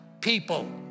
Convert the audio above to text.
people